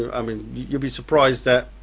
i mean you'll be surprised that